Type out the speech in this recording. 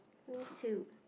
me too